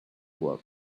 work